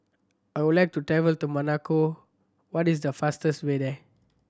I would like to travel to Monaco what is the fastest way there